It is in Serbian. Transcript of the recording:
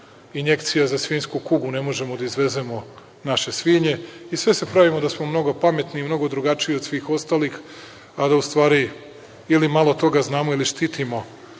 injekcija za svinjsku kugu ne možemo da izvezemo naše svinje i sve se pravimo da smo mnogo pametni i mnogo drugačiji od svih ostalih, a da u stvari ili malo toga znamo ili štitimo